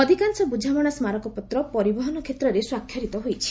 ଅଧିକାଂଶ ବୁଝାମଣା ସ୍କାରକପତ୍ର ପରିବହନ କ୍ଷେତ୍ରରେ ସ୍ୱାକ୍ଷରିତ ହୋଇଛି